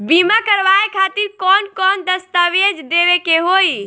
बीमा करवाए खातिर कौन कौन दस्तावेज़ देवे के होई?